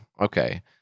Okay